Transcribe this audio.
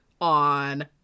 on